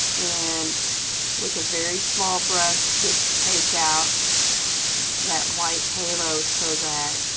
and with a very small brush just takeout that white halo so that